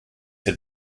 had